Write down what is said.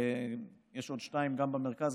יש עוד שתיים במרכז,